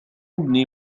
ابني